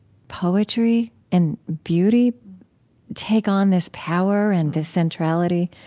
poetry and beauty take on this power and this centrality.